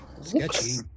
sketchy